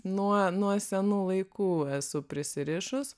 nuo nuo senų laikų esu prisirišus